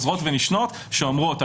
חוזרות ונשנות שאומרות,